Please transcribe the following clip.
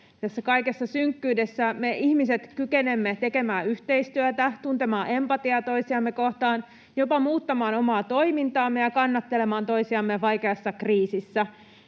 kaikessa synkkyydessä me ihmiset kykenemme tekemään yhteistyötä, tuntemaan empatiaa toisiamme kohtaan, jopa muuttamaan omaa toimintaamme ja kannattelemaan toisiamme vaikeassa kriisissä.